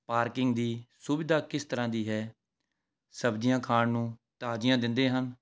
parking ਦੀ ਸੁਵਿਧਾ ਕਿਸ ਤਰ੍ਹਾਂ ਦੀ ਹੈ ਸਬਜ਼ੀਆਂ ਖਾਣ ਨੂੰ ਤਾਜ਼ੀਆਂ ਦਿੰਦੇ ਹਨ